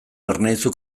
ernaizu